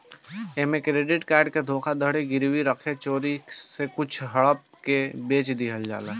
ऐमे credit card के धोखाधड़ी गिरवी रखे चोरी से कुछ हड़प के बेच दिहल जाला